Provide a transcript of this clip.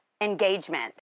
engagement